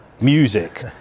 music